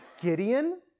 Gideon